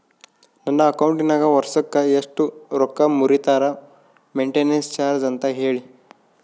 ನನ್ನ ಅಕೌಂಟಿನಾಗ ವರ್ಷಕ್ಕ ಎಷ್ಟು ರೊಕ್ಕ ಮುರಿತಾರ ಮೆಂಟೇನೆನ್ಸ್ ಚಾರ್ಜ್ ಅಂತ ಹೇಳಿ?